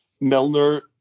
Milner